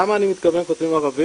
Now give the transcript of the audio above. למה אני מתכוון כותבים ערבית?